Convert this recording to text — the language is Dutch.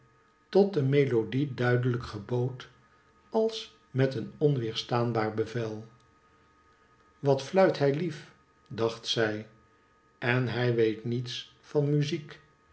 tot de melodie duidelijk gebood als met een onweerstaanbaar bevel wat fluit hij lief dacht zij en hij weet niets van muziek